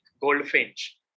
Goldfinch